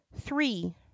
three